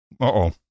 Uh-oh